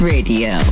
Radio